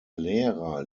lehrer